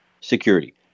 security